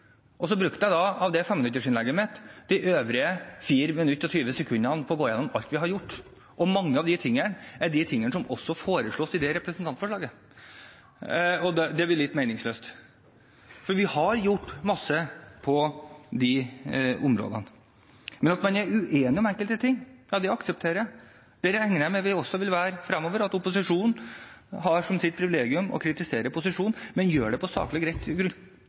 Og deretter brukte jeg de øvrige 4 minuttene og 20 sekundene av mitt 5-minutters innlegg på å gå gjennom alt vi har gjort. Mange av de tingene foreslås også i representantforslaget. Det blir litt meningsløst, for vi har gjort mye på de områdene. At man er uenig om enkelte ting, aksepterer jeg. Det regner jeg med at vi også vil være fremover. Opposisjonen har som sitt privilegium å kunne kritisere posisjonen, men gjør det på et saklig